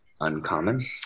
uncommon